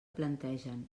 plantegen